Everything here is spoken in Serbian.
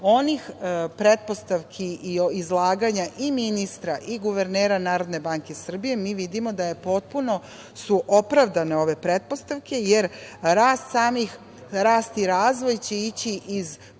onih pretpostavki i izlaganja i ministra i guvernera NBS mi vidimo da su potpuno opravdane ove pretpostavke jer rast i razvoj će ići iz povećanog